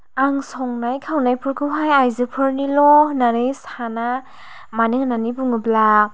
आं संनाय खावनायफोरखौहाय आयजोफोरनिल' होन्नानै साना मानो होन्नानै बुङोब्ला